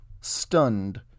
stunned